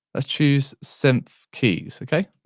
let's choose synth keys, okay.